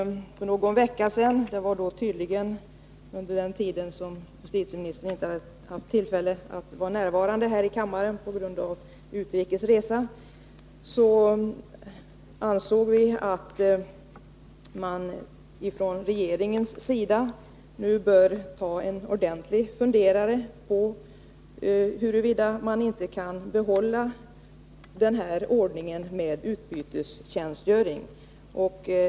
För någon vecka sedan — tydligen under den tid då justitieministern på grund av utrikes resa inte hade tillfälle att närvara här i kammaren — uttalade vi att man från regeringens sida nu bör ta sig en ordentlig funderare på huruvida man inte kan behålla den här ordningen med utbytestjänstgöring.